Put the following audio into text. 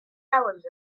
hours